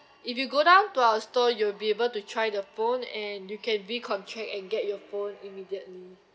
if you go down to our store you'll be able to try the phone and you can recontract and get your phone immediately